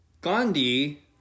Gandhi